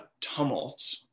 tumult